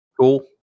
Cool